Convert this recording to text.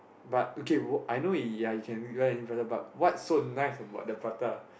but okay what I know ya you can go eat prata but what's so nice about the prata